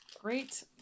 Great